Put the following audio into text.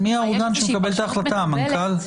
מי האורגן שמקבל את ההחלטה המנכ"ל?